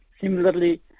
similarly